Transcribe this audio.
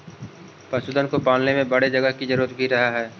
पशुधन को पालने में बड़े जगह की जरूरत भी रहअ हई